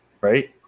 right